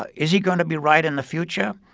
is he going to be right in the future?